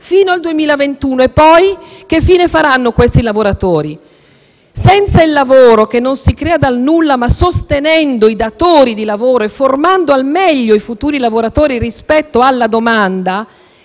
fino al 2021. E poi, che fine faranno questi lavoratori? Senza il lavoro, che non si crea dal nulla, ma sostenendo i datori di lavoro e formando al meglio i futuri lavoratori rispetto alla domanda,